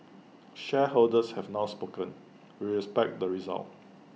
shareholders have now spoken respect the result